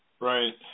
Right